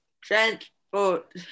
transport